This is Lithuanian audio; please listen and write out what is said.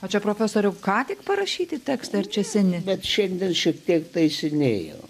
o čia profesoriau ką tik parašyti tekstą ir čia seni bet šiaip dėl šitiek taisinėjau